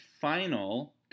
final